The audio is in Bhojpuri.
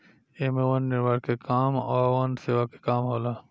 एमे वन निर्माण के काम आ वन सेवा के काम होला